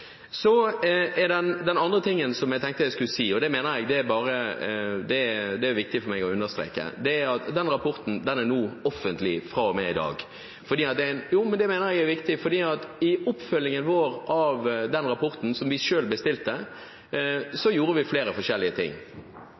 som jeg tenkte jeg skulle si – og det er det viktig for meg å understreke – er at den rapporten er nå offentlig fra og med i dag. Det mener jeg er viktig, for i oppfølgingen vår av den rapporten, som vi selv bestilte, gjorde vi flere forskjellige ting.